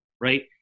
right